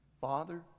Father